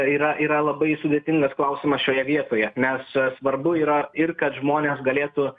yra yra labai sudėtingas klausimas šioje vietoje nes svarbu yra ir kad žmonės galėtų